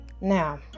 Now